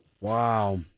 Wow